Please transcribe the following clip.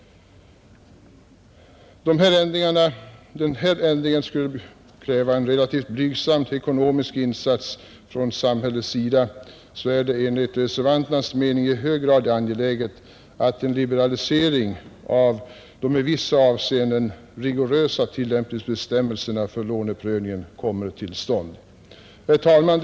Då den här ändringen skulle kräva en relativt blygsam ekonomisk insats från samhällets sida, så är det enligt reservanternas mening i hög grad angeläget att en liberalisering av de i vissa avseenden rigorösa tillämpningsbestämmelserna för låneprövningen kommer till stånd. Herr talman!